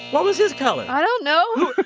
what was his color? i don't know